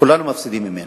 כולנו מפסידים ממנה.